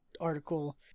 article